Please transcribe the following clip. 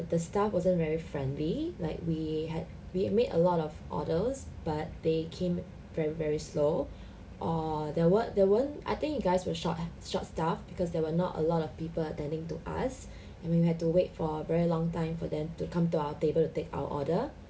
the staff wasn't very friendly like we had we made a lot of orders but they came very very slow err there weren't there weren't I think you guys were short short staff because there were not a lot of people attending to us and we had to wait for a very long time for them to come to our table to take our order